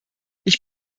ich